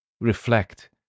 Reflect